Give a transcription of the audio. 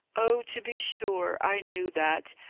oh, to be sure! i knew that!